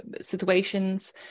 situations